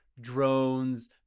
drones